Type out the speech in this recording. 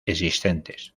existentes